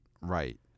right